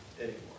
anymore